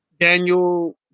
Daniel